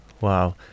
Wow